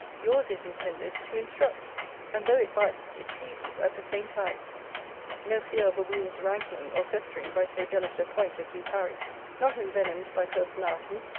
yours is intended to instruct and though it bites, it pleases at the same time no fear of a wound's wrankling or festering by so delicate a point as you carry not envenomed by personality,